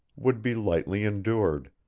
would be lightly endured.